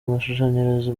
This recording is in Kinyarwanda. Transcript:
amashanyarazi